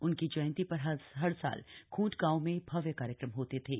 उन्की जयंती र हर साल खूंट गांव में भव्य कार्यक्रम होते थे